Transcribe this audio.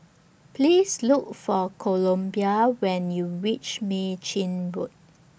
Please Look For Columbia when YOU REACH Mei Chin Road